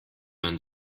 man